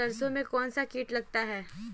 सरसों में कौनसा कीट लगता है?